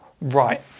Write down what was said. right